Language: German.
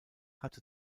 hat